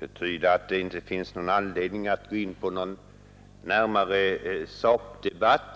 betyda att det inte finns någon anledning att gå in på någon närmare sakdebatt.